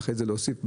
ואחרי זה להוסיף להן.